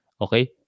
Okay